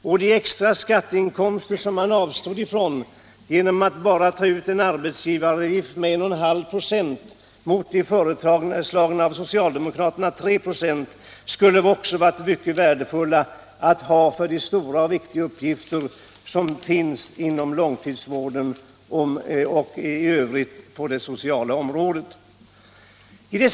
Och de extra skatteinkomster som man avstod ifrån genom att bara ta ut en arbetsgivaravgift med 1,5 26 mot av socialdemokraterna föreslagna 3 26 skulle också ha varit mycket värdefulla att ha för de stora och viktiga uppgifter som finns inom långvården och på det sociala området i övrigt.